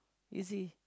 easy